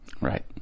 Right